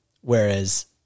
whereas